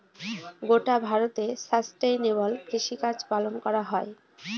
গোটা ভারতে সাস্টেইনেবল কৃষিকাজ পালন করা হয়